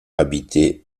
habitaient